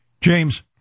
James